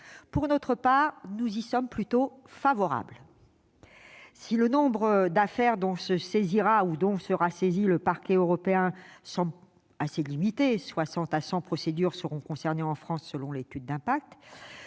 Pour notre part, nous y sommes plutôt favorables. Si le nombre d'affaires dont se saisira, ou dont sera saisi, le Parquet européen semble assez limité- les procédures concernées seront, en France,